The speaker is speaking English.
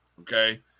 Okay